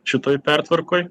šitoj pertvarkoj